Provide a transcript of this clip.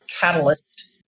catalyst